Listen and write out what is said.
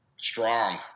Strong